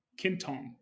Kintong